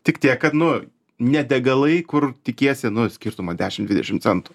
tik tiek kad nu ne degalai kur tikiesi nu skirtumo dešim dvidešim centų